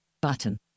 button